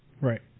Right